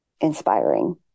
inspiring